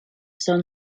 son